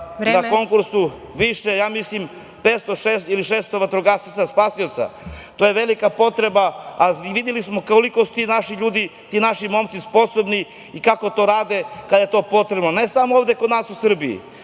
na konkursu više, ja mislim 500 ili 600 vatrogasaca spasioca. To je velika potreba. Videli smo koliko su ti naši momci sposobni i kako to rade kada je to potrebno, ne samo ovde kod nas u Srbiji,